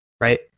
Right